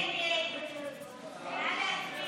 ההסתייגות (117) של קבוצת סיעת הרשימה